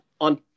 on